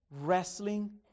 wrestling